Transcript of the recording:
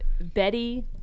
betty